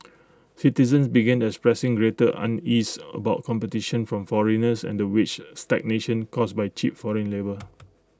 citizens began expressing greater unease about competition from foreigners and the wages stagnation caused by cheap foreign labour